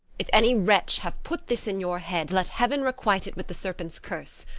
if any wretch have put this in your head, let heaven requite it with the serpent's curse!